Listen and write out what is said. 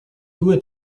due